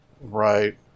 Right